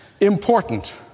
important